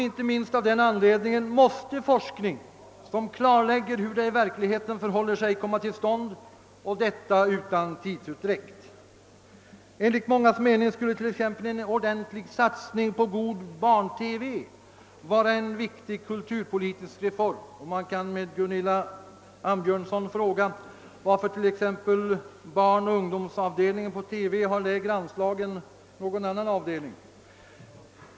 Inte minst av den anledningen måste forskning som klarlägger hur det i verkligheten förhåller sig komma till stånd, och detta utan någon tidsutdräkt. Enligt mångas mening skulle t.ex. en ordentlig satsning på god barn-TV vara en viktig kulturpolitisk reform, och man kan med Gunilla Ambjörnsson fråga, varför t.ex. barnoch ungdomsavdelningen på TV har lägre anslag än någon annan avdelning.